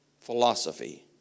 philosophy